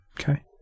Okay